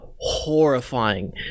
horrifying